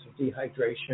dehydration